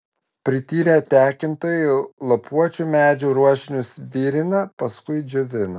prityrę tekintojai lapuočių medžių ruošinius virina paskui džiovina